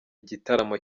igitaramo